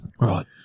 Right